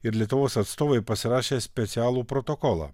ir lietuvos atstovai pasirašė specialų protokolą